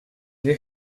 you